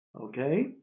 Okay